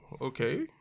okay